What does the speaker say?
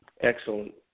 Excellent